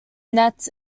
nets